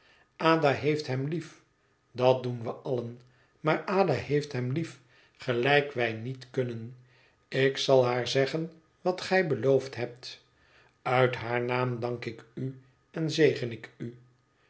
ada heeft hem lief dat doen we allen maar ada heeft hem lief gelijk wij niet kunnen ik zal haar zeggen wat gij beloofd hebt uit haar naam dank ik u en zegen ik u